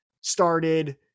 started